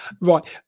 Right